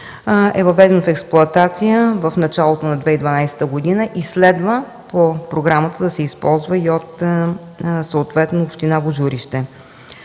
е въведено в експлоатация в началото на 2012 г. и следва по програмата да се използва и съответно от община Божурище.